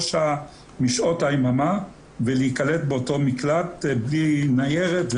שעה משעות היממה ולהיקלט באותו מקלט בלי ניירת,